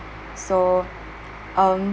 so um